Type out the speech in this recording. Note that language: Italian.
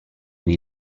dei